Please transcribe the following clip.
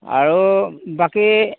আৰু বাকী